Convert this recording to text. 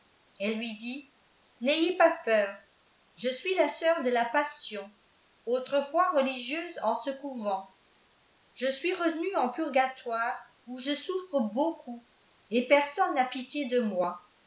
elle lui dit n'ayez pas feor je suis la sœur de la passion autrefois religieuse en ce couvent je suis retoue en purgatoire où je souffre beaucoup et personne n'a pitié de moi